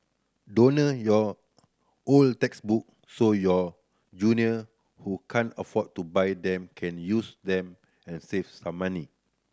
your old textbook so your junior who can't afford to buy them can use them and save some money